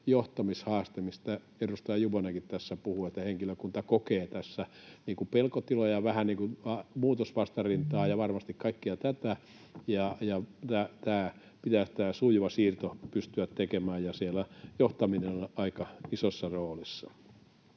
johtamishaaste, mistä edustaja Juvonenkin tässä puhui, eli että henkilökunta kokee tässä pelkotiloja, vähän niin kuin muutosvastarintaa ja varmasti kaikkea tätä. Tämä sujuva siirto pitäisi pystyä tekemään, ja siellä johtaminen on aika isossa roolissa.